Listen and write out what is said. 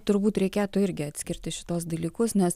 turbūt reikėtų irgi atskirti šituos dalykus nes